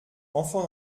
enfant